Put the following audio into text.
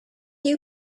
you